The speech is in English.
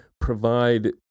provide